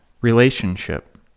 relationship